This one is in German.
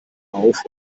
auf